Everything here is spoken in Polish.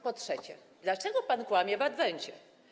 Po trzecie, dlaczego pan kłamie w adwencie?